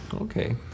Okay